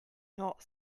not